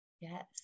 Yes